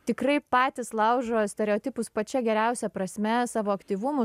tikrai patys laužo stereotipus pačia geriausia prasme savo aktyvumu